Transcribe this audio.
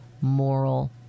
moral